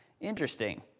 interesting